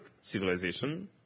civilization